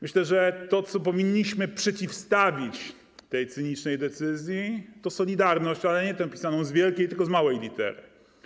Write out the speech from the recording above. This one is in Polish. Myślę, że to, co powinniśmy przeciwstawić tej cynicznej decyzji, to solidarność, ale nie ta pisana od wielkiej, tylko od małej litery.